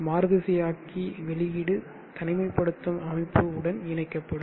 மாறுதிசையாக்கி வெளியீடு தனிமைபடுத்தும் அமைப்பு உடன் இணைக்கப்படும்